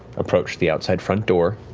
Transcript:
approach the outside front door,